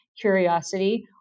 curiosity